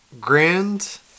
grand